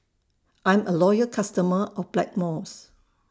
I'm A Loyal customer of Blackmores